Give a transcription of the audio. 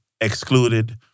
excluded